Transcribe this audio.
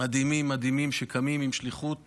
מדהימים מדהימים, שקמים עם שליחות